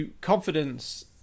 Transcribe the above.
confidence